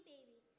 baby